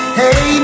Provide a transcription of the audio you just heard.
hey